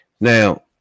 now